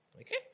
Okay